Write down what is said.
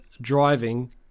driving